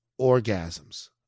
orgasms